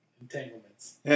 Entanglements